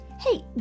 Hey